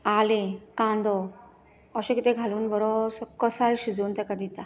आले कांदो अशे कितें घालून बरोसो कसाय तेका दिता